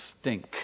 stink